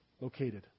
located